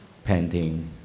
Painting